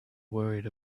worried